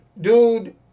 dude